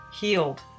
healed